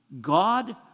God